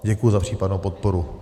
Děkuji za případnou podporu.